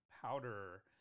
powder